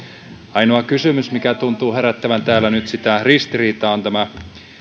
ainoa kysymys mikä tuntuu herättävän täällä nyt sitä ristiriitaa on tämä